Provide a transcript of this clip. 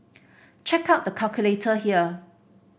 check out the calculator here